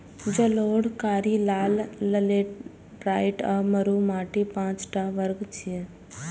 जलोढ़, कारी, लाल, लेटेराइट आ मरु माटिक पांच टा वर्ग छियै